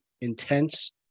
intense